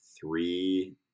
three